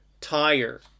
tire